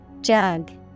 Jug